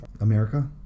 America